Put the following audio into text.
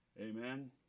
Amen